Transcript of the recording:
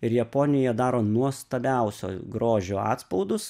ir japonija daro nuostabiausio grožio atspaudus